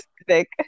specific